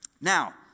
Now